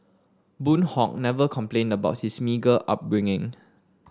Boon Hock never complained about his meagre upbringing